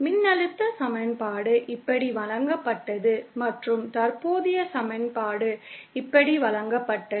மின்னழுத்த சமன்பாடு இப்படி வழங்கப்பட்டது மற்றும் தற்போதைய சமன்பாடு இப்படி வழங்கப்பட்டது